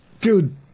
Dude